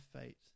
fate